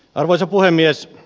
arvoisa puhemies